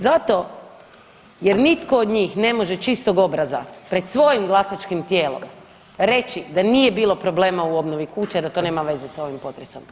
Zato jer nitko od njih ne može čistog obraza pred svojim glasačkim tijelom reći da nije bilo problema u obnovi kuća i da to nema veze s ovim potresom.